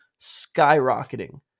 skyrocketing